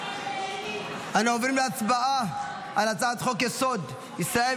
אנו עוברים להצבעה על הצעת חוק-יסוד: ישראל,